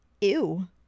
ew